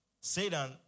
Satan